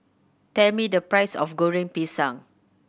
tell me the price of Goreng Pisang